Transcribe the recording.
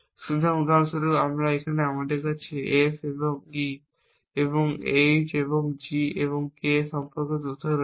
সুতরাং উদাহরণস্বরূপ এখানে আমাদের কাছে F এবং E এবং H এবং G এবং K সম্পর্কে তথ্য রয়েছে